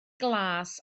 glas